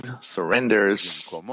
surrenders